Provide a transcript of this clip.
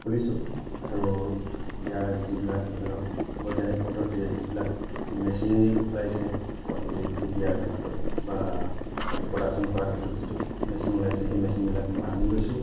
খুলিছোঁ আৰু ইয়াৰ যিবিলাক ধৰি লওক বৈজ্ঞানিক পদ্ধতিৰে যিবিলাক মেচিনেৰি ওলাইছে পোৱালি দিয়াৰ ক্ষেত্ৰত বা পোৱালি প্ৰডাকশ্যন কৰাৰ ক্ষেত্ৰত যিটো মেচিন ওলাইছে সেই মেচিনবিলাক মই আনি লৈছোঁ